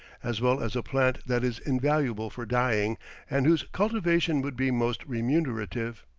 as well as a plant that is invaluable for dyeing and whose cultivation would be most remunerative.